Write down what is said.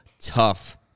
tough